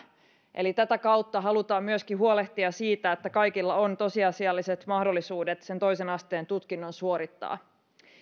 tätä kautta halutaan huolehtia myöskin siitä että kaikilla on tosiasialliset mahdollisuudet se toisen asteen tutkinto suorittaa